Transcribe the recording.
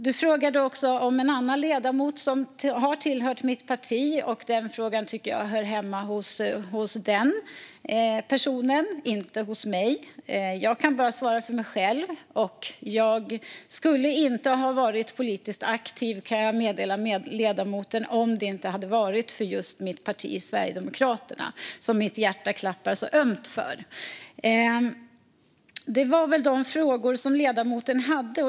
Patrik Björck frågade om en ledamot som har tillhört mitt parti. Den frågan hör hemma hos den personen, inte hos mig. Jag kan bara svara för mig själv, och jag kan meddela ledamoten att jag inte skulle vara politiskt aktiv om det inte vore för just mitt parti, Sverigedemokraterna, som mitt hjärta klappar så ömt för. Det var väl de frågor ledamoten hade.